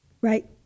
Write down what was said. right